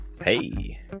Hey